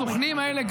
הסוכנים האלה,